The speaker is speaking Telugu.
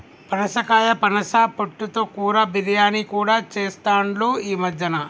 పనసకాయ పనస పొట్టు తో కూర, బిర్యానీ కూడా చెస్తాండ్లు ఈ మద్యన